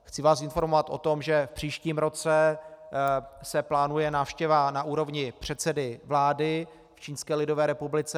Chci vás informovat o tom, že v příštím roce se plánuje návštěva na úrovni předsedy vlády v Čínské lidové republice.